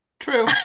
True